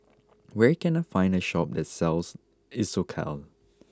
where can I find a shop that sells Isocal